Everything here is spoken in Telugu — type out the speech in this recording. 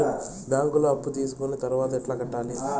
బ్యాంకులో అప్పు తీసుకొని తర్వాత ఎట్లా కట్టాలి?